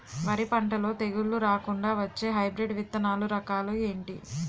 వరి పంటలో తెగుళ్లు రాకుండ వచ్చే హైబ్రిడ్ విత్తనాలు రకాలు ఏంటి?